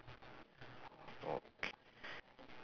okay